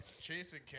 chasing